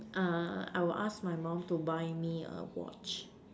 uh I will ask my mum to buy me a watch